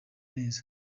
neza